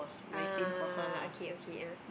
ah okay okay ah